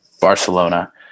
Barcelona